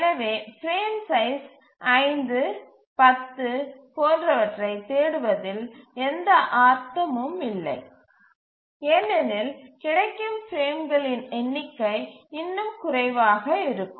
எனவே frame size 5 10 போன்றவற்றைத் தேடுவதில் எந்த அர்த்தமும் இல்லை ஏனெனில் கிடைக்கும் பிரேம்களின் எண்ணிக்கை இன்னும் குறைவாக இருக்கும்